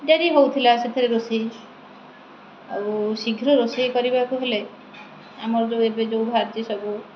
ଡେରି ହେଉଥିଲା ସେଥିରେ ରୋଷେଇ ଆଉ ଶୀଘ୍ର ରୋଷେଇ କରିବାକୁ ହେଲେ ଆମର ଯେଉଁ ଏବେ ଯେଉଁ ବାହାରିଛି ସବୁ